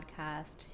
podcast